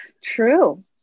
True